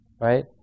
right